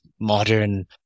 modern